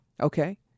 Okay